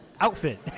outfit